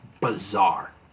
bizarre